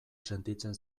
sentitzen